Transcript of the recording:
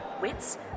wits